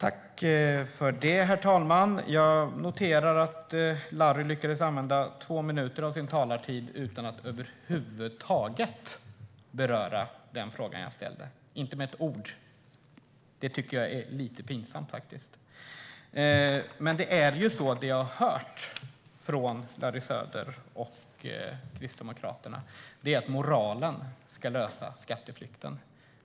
Herr talman! Jag noterar att Larry Söder lyckades använda två minuter av sin talartid utan att över huvud taget beröra den fråga som jag ställde. Inte med ett ord berörde han den. Det tycker jag är lite pinsamt. Det som jag har hört från Larry Söder och Kristdemokraterna är att moralen ska lösa problemet med skatteflykten.